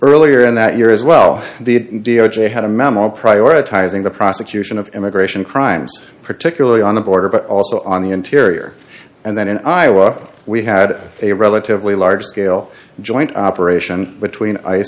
earlier in that year as well and the d o j had a memo prioritizing the prosecution of immigration crimes particularly on the border but also on the interior and then in iowa we had a relatively large scale joint operation between ice